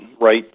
right